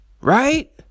Right